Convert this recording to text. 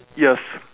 yes